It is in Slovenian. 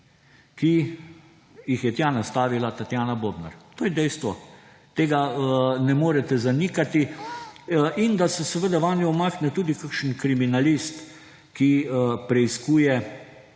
ki jih je tja nastavila Tatjana Bobnar. To je dejstvo, tega ne morete zanikati. In da se seveda vanjo umakne tudi kakšen kriminalist, ki preiskuje